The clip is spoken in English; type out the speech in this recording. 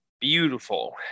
beautiful